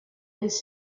his